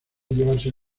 llevarse